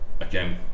Again